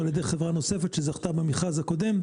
ועל ידי חברה נוספת שזכתה במכרז הקודם.